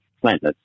planets